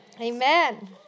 Amen